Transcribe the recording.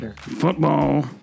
football